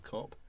Cop